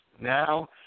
now